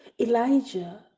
Elijah